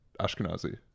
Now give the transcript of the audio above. Ashkenazi